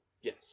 yes